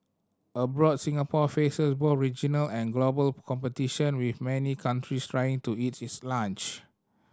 abroad Singapore faces both regional and global competition with many countries trying to eat its lunch